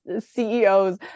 CEOs